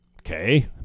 Okay